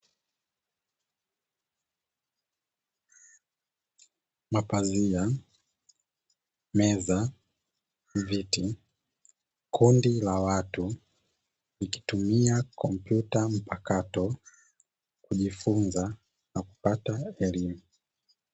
Mapazia, meza, viti, kundi la watu likitumia kompyuta mpakato kujifunza na kupata elimu.